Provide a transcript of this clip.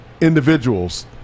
individuals